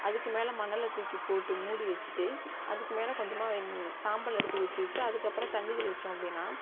அதுக்கு மேலே மணலை தூக்கி போட்டு மூடி வச்சுட்டு அதுக்கு மேலே கொஞ்சமாக சாம்பல் எடுத்து ஊற்றிட்டு அதுக்கப்புறம் தண்ணி தெளித்தோம் அப்படின்னா